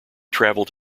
traveled